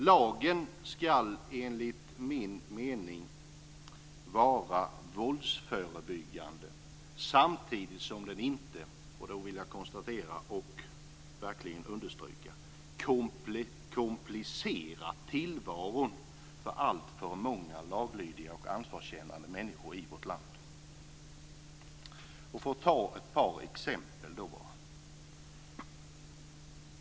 Lagen ska enligt min mening vara våldsförebyggande samtidigt som den inte, och det vill jag verkligen understryka, komplicerar tillvaron för alltför många laglydiga och ansvarskännande människor i vårt land. Jag vill ta ett par exempel.